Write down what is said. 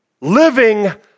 living